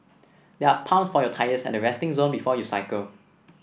there are pumps for your tyres at the resting zone before you cycle